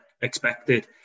expected